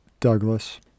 Douglas